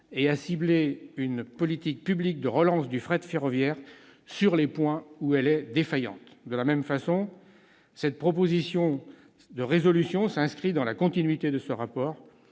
et à cibler une politique publique de relance du fret ferroviaire sur les points où elle est défaillante ». La présente proposition de résolution s'inscrit dans la continuité de ce rapport.